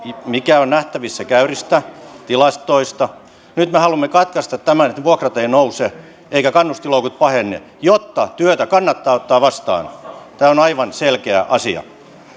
mikä on nähtävissä käyristä tilastoista nyt me haluamme katkaista tämän että vuokrat eivät nouse eivätkä kannustinloukut pahene jotta työtä kannattaa ottaa vastaan tämä on aivan selkeä asia